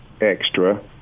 extra